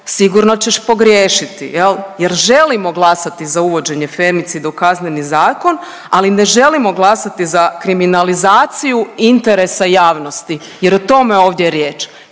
sigurno ćeš pogriješiti jel, jer želimo glasati za uvođenje femicida u Kazneni zakon ali ne želimo glasati za kriminalizaciju interesa javnosti jer je o tome ovdje riječ.